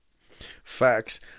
Facts